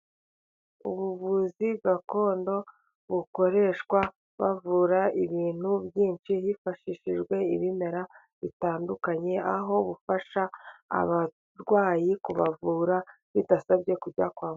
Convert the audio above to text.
Ubuvuzi gakondo bukoreshwa bavura ibintu byinshijwe hifashishijwe ibimera bitandukanye, aho bufasha abarwayi kubavura bidasabye kujya kwaganga.